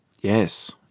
Yes